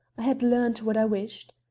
i had learned what i wished.